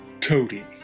Cody